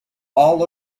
all